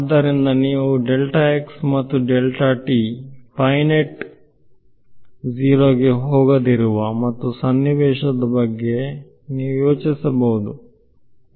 ಆದ್ದರಿಂದನೀವು ಮತ್ತು ಫೈನೈಟ್ ಅವು 0 ಗೆ ಹೋಗದಿರುವ ಮತ್ತು ಸನ್ನಿವೇಶದ ಬಗ್ಗೆ ನೀವು ಯೋಚಿಸಬಹುದೇ